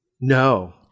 No